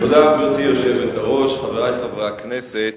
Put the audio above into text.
גברתי היושבת-ראש, תודה, חברי חברי הכנסת,